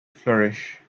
flourish